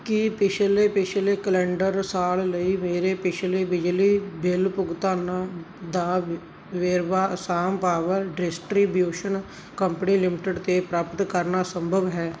ਕੀ ਪਿਛਲੇ ਪਿਛਲੇ ਕੈਲੰਡਰ ਸਾਲ ਲਈ ਮੇਰੇ ਪਿਛਲੇ ਬਿਜਲੀ ਬਿੱਲ ਭੁਗਤਾਨਾਂ ਦਾ ਵੇਰਵਾ Assam power distribution company limited ਤੋਂ ਪ੍ਰਾਪਤ ਕਰਨਾ ਸੰਭਵ ਹੈ